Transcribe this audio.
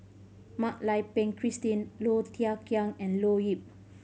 Mak Lai Peng Christine Low Thia Khiang and Leo Yip